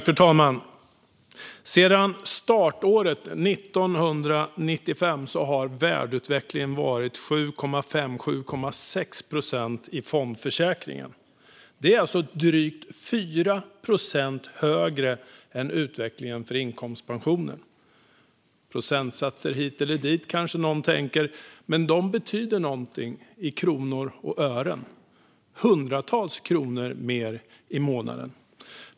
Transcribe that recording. Fru talman! Sedan startåret 1995 har värdeutvecklingen varit 7,5-7,6 procent i fondförsäkringen. Det är alltså drygt 4 procent högre än utvecklingen för inkomstpensionen. Procentsatser hit eller dit, kanske någon tänker. Men de betyder någonting i kronor och ören - hundratals kronor mer i månaden.